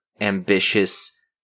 ambitious